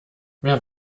wer